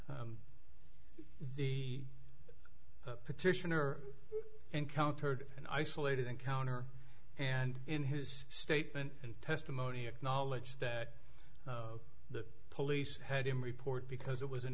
the petitioner encountered an isolated encounter and in his statement in testimony acknowledge that the police had him report because it was an